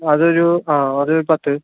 അതൊരു ആ അതൊരു പത്ത്